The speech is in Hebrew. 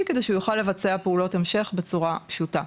כדי שהוא יוכל לבצע פעולות המשך בצורה פשוטה.